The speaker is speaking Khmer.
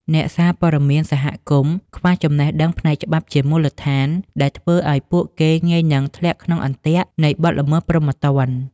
អ្នកសារព័ត៌មានសហគមន៍ខ្វះចំណេះដឹងផ្នែកច្បាប់ជាមូលដ្ឋាន ដែលធ្វើឱ្យពួកគេងាយនឹងធ្លាក់ក្នុងអន្ទាក់នៃបទល្មើសព្រហ្មទណ្ឌ។